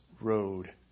Road